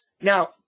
Now